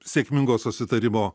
sėkmingo susitarimo